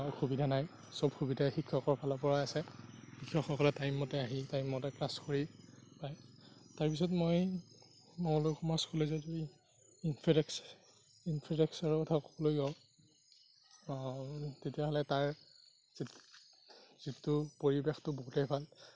অসুবিধা নাই চব সুবিধাই শিক্ষকৰ ফালৰ পৰা আছে শিক্ষকসকলে টাইম মতে আহি টাইম মতে ক্লাছ কৰি পায় তাৰপাছত মই মঙলদৈ কমাৰ্চ কলেজৰ যদি ইনফাডাক্স ইনফাডাস্কচাৰৰ কথা ক'বলৈ যাওঁ তেতিয়াহ'লে তাৰ যিট যিটো পৰিৱেশটো বহুতেই ভাল